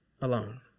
alone